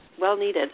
Well-needed